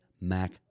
Mac